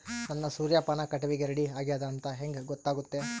ನನ್ನ ಸೂರ್ಯಪಾನ ಕಟಾವಿಗೆ ರೆಡಿ ಆಗೇದ ಅಂತ ಹೆಂಗ ಗೊತ್ತಾಗುತ್ತೆ?